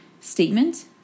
statement